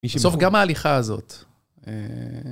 בסוף גם ההליכה הזאת.